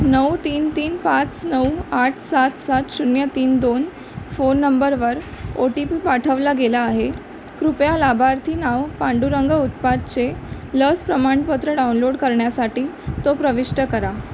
नऊ तीन तीन पाच नऊ आठ सात सात शून्य तीन दोन फोन नंबरवर ओ टी पी पाठवला गेला आहे कृपया लाभार्थी नाव पांडुरंग उत्पातचे लस प्रमाणपत्र डाउनलोड करण्यासाठी तो प्रविष्ट करा